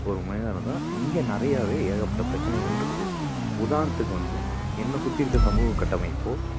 ஒரு மனிதனாக இருந்தால் இங்கே நிறையாவே ஏகப்பட்ட பிரச்சனைகள்ருக்குது உதாரணத்துக்கு வந்து என்னை சுற்றி இருக்க சமூக கட்டமைப்போ